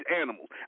animals